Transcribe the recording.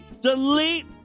Delete